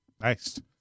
Nice